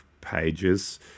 pages